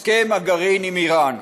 הסכם הגרעין עם איראן.